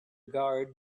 guard